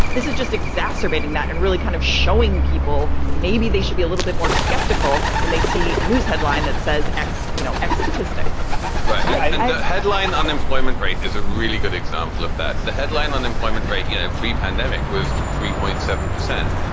this is just exacerbating that and really kind of showing people maybe they should be a little bit more skeptical when they see a news headline that says x you know x statistic but i think the headline unemployment rate is a really good example of that. the headline unemployment rate you know pre pandemic was three point seven percent.